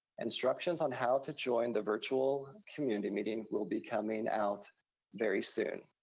instructions on how to joint the virtual community meeting will be coming out very soon.